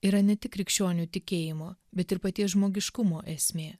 yra ne tik krikščionių tikėjimo bet ir paties žmogiškumo esmė